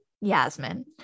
Yasmin